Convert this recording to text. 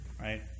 Right